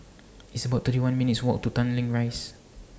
It's about thirty one minutes' Walk to Tanglin Rise